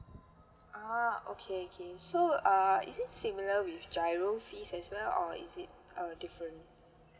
a'ah okay okay so err is it similar with giro fees as well or is it uh different